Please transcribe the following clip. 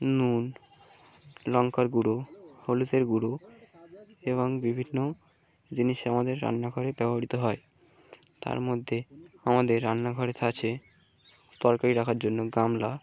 নুন লঙ্কার গুঁড়ো হলুদের গুঁড়ো এবং বিভিন্ন জিনিসে আমাদের রান্নাঘরে ব্যবহৃত হয় তার মধ্যে আমাদের রান্নাঘরে আছে তরকারি রাখার জন্য গামলা